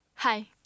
Hi